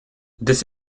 this